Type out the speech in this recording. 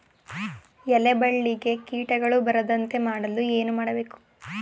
ಎಲೆ ಬಳ್ಳಿಗೆ ಕೀಟಗಳು ಬರದಂತೆ ಮಾಡಲು ಏನು ಮಾಡಬೇಕು?